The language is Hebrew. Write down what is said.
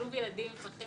שילוב ילדים עם צרכים